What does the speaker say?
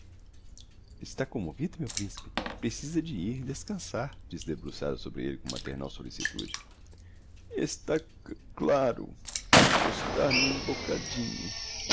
está commovido meu principe precisa de ir descançar diz debruçada sobre elle com maternal sollicitude está c claro encostar me um bocadinho